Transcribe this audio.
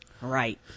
Right